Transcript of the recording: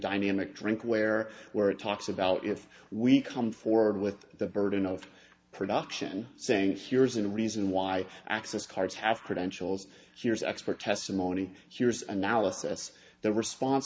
dynamic drink where where it talks about if we come forward with the burden of production saying here's a reason why access cards have credentials here's expert testimony here's an analysis the response